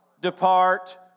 depart